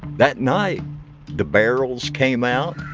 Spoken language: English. that night the barrels came out,